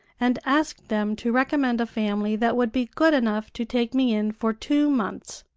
and asked them to recommend a family that would be good enough to take me in for two months.